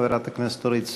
חברת הכנסת אורית סטרוק.